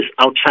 outside